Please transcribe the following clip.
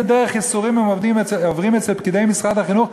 דרך הם עוברים אצל פקידי משרד החינוך,